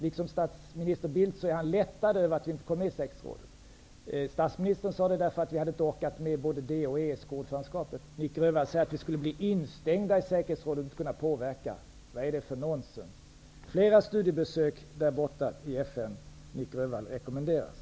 Liksom statsminister Carl Bildt är han lättad över att vi inte kom med i säkerhetsrådet. Statsministern sade att vi inte skulle ha orkat med säkerhetsrådet jämsides med ordförandeskapet i ESK. Nic Grönvall säger att vi skulle bli instängda i säkerhetsrådet och inte kunna påverka. Vad är det för nonsens? Nic Grönvall, flera studiebesök i FN rekommenderas.